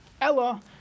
Ella